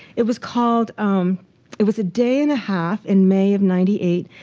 it was called um it was a day and a half in may of ninety eight.